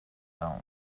down